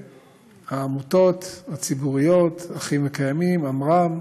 העמותות הציבוריות אחים וקיימים ועמרם